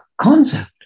concept